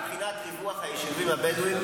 אבל מבחינת ריווח היישובים הבדואיים,